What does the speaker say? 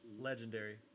legendary